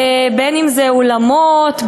בין שזה אולמות,